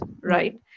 right